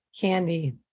Candy